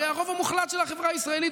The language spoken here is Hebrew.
הרי הרוב המוחלט של החברה הישראלית